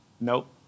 Nope